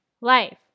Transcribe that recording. life